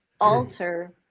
alter